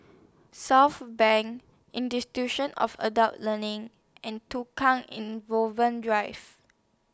Southbank Institution of Adult Learning and Tukang Drive